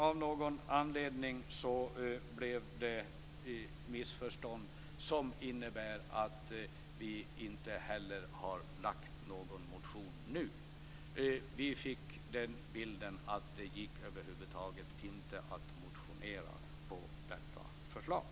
Av någon anledning blev det ett missförstånd, som innebär att vi inte heller har lagt fram någon motion nu. Vi fick den bilden att det över huvud taget inte gick att motionera på detta förslag.